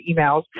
emails